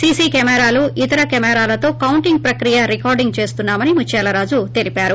CC కెమెరాలు ఇతర కెమెరాలతో కొంటింగ్ ప్రక్రియ రికార్డింగ్ చేస్తున్నామని ముత్యాలరాజు తెలిపారు